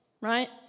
right